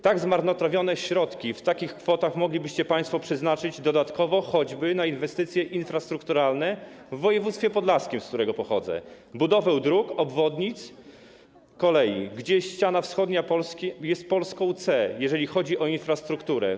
Tak zmarnotrawione środki, w takich kwotach, moglibyście państwo przeznaczyć dodatkowo choćby na inwestycje infrastrukturalne w województwie podlaskim, z którego pochodzę, na budowę dróg, obwodnic, kolei, gdyż ściana wschodnia Polski jest Polską C, jeżeli chodzi o infrastrukturę.